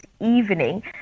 evening